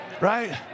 Right